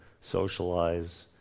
socialize